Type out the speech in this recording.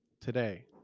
today